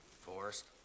Forrest